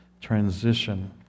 transition